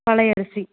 பழையரிசி